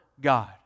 God